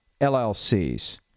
LLCs